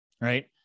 Right